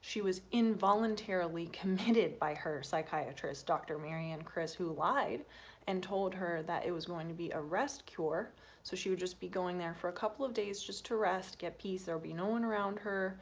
she was involuntarily committed by her psychiatrist dr. mary ann kris who lied and told her that it was going to be a rest cure so she would just be going there for a couple of days just to rest get peace there will be no one around her